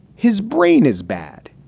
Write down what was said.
his brain is bad,